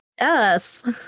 Yes